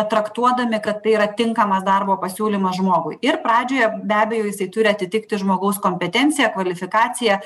traktuodami kad tai yra tinkamas darbo pasiūlymas žmogui ir pradžioje be abejo jisai turi atitikti žmogaus kompetenciją kvalifikaciją